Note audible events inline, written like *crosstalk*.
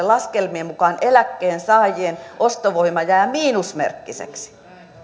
*unintelligible* laskelmien mukaan eläkkeensaajien ostovoima jää miinusmerkkiseksi